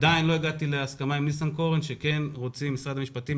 עדיין לא הגעתי להסכמה עם שר המשפטים שכן משרד המשפטים